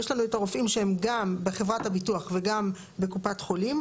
יש לנו את הרופאים שהם גם בחברת הביטוח וגם בקופת חולים,